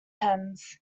pens